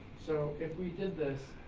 so if we did this,